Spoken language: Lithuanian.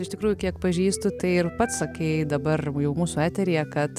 iš tikrųjų kiek pažįstu tai ir pats sakei dabar jau mūsų eteryje kad